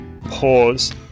pause